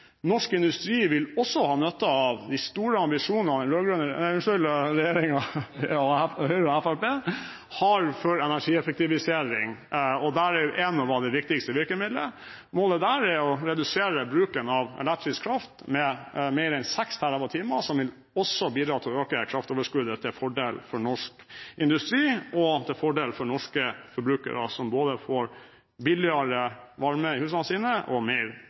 Norsk industri vil også ha nytte av de store ambisjonene Høyre–Fremskrittsparti-regjeringen har for energieffektivisering. Der er Enova det viktigste virkemiddelet. Målet der er å redusere bruken av elektrisk kraft med mer enn seks TWh, som også vil bidra til å øke kraftoverskuddet til fordel for norsk industri og til fordel for norske forbrukere, som får både billigere og mer miljøvennlig varme i husene sine.